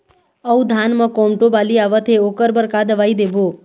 अऊ धान म कोमटो बाली आवत हे ओकर बर का दवई देबो?